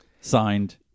Signed